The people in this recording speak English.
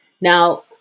Now